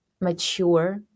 mature